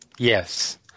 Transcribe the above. Yes